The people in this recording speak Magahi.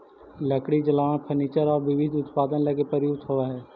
लकड़ी जलावन, फर्नीचर औउर विविध उत्पाद लगी प्रयुक्त होवऽ हई